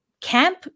Camp